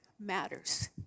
Matters